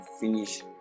finish